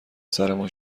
سرمون